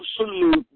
absolute